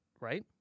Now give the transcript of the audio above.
right